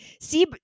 See